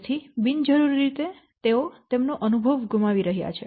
તેથી બિનજરૂરી રીતે તેઓ તેમનો અનુભવ ગુમાવી રહ્યા છે